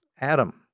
Adam